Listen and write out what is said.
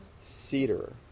Cedar